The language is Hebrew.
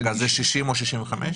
אגב, זה 60 או 65?